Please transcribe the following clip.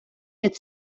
від